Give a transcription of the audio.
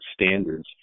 standards